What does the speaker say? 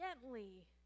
gently